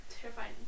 terrifying